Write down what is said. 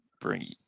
bring